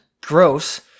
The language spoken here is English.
gross